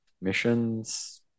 missions